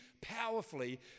powerfully